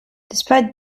despite